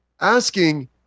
asking